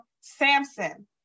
Samson